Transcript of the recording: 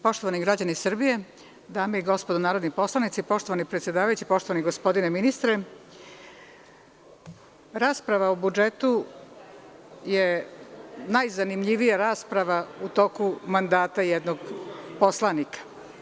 Poštovani građani Srbije, dame i gospodo narodni poslanici, poštovani predsedavajući, poštovani gospodine ministre, rasprava o budžetu je najzanimljivija rasprava u toku mandata jednog poslanika.